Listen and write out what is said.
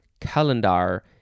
calendar